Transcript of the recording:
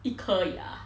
一颗牙